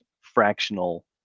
fractional